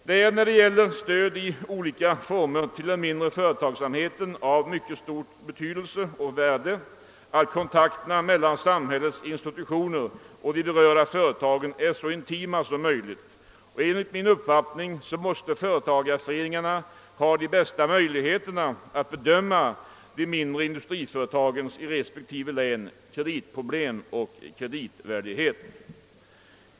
Det är vad beträffar stöd i olika former till den mindre företagsamheten av mycket stort värde att kontakterna mellan samhällets institutioner och de berörda företagen är så intima som möjligt, och enligt min uppfattning måste företagareföreningarna ha de bästa möjligheterna att bedöma de mindre industriföretagens i respektive län kreditproblem och kreditvärdighet.